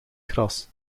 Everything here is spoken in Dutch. gras